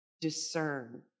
discern